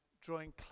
drawing